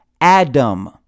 Adam